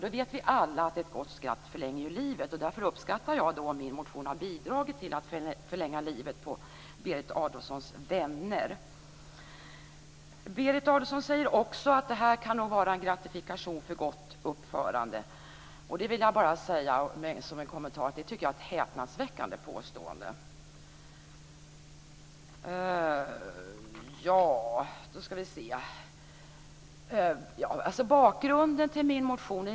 Vi vet alla att ett gott skratt förlänger livet, så jag uppskattar att min motion har bidragit till att förlänga livet på Berit Berit Adolfsson säger också att det här kan vara en gratifikation för gott uppförande. Då vill jag bara säga som en kommentar att det tycker jag är ett häpnadsväckande påstående. Jag kan säga något om bakgrunden till min motion.